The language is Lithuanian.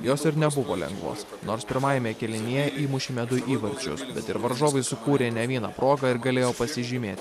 jos ir nebuvo lengvos nors pirmajame kėlinyje įmušėme du įvarčius bet ir varžovai sukūrė ne vieną progą ir galėjo pasižymėt